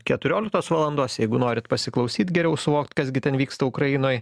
keturioliktos valandos jeigu norit pasiklausyt geriau suvokt kas gi ten vyksta ukrainoj